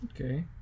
okay